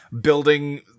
building